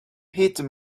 hit